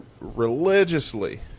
religiously